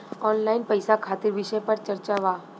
Online पैसा खातिर विषय पर चर्चा वा?